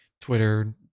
Twitter